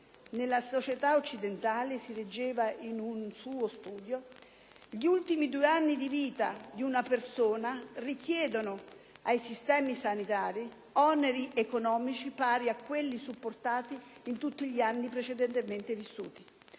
nella società occidentale - si leggeva in un suo studio - gli ultimi due anni di vita di una persona richiedono ai sistemi sanitari oneri economici pari a quelli sopportati in tutti gli anni precedentemente vissuti.